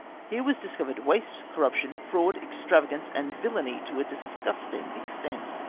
here was discovered waste, cor ruption, fraud, extravagance, and villany to a disgusting ex tent.